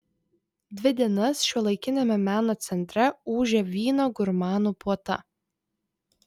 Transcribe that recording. dvi dienas šiuolaikiniame meno centre ūžė vyno gurmanų puota